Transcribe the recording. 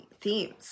themes